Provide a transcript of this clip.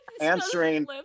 answering